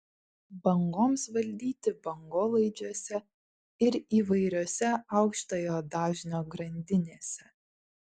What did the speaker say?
bangoms valdyti bangolaidžiuose ir įvairiose aukštojo dažnio grandinėse